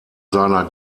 seiner